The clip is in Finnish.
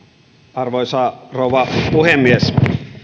arvoisa rouva puhemies